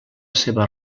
seva